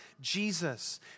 Jesus